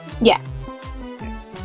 Yes